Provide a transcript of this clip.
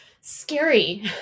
scary